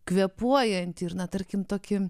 kvėpuojantį ir na tarkim tokie